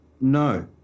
No